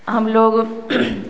हम लोग